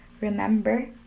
Remember